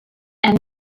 and